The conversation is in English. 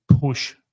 push